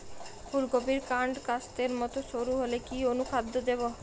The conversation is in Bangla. ফুলকপির কান্ড কাস্তের মত সরু হলে কি অনুখাদ্য দেবো?